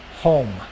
home